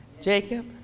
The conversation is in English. Jacob